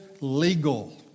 legal